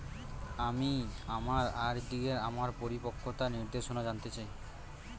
আমি আমার আর.ডি এর আমার পরিপক্কতার নির্দেশনা জানতে চাই